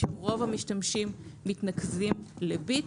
שרוב המשתמשים מתנקזים ל"ביט",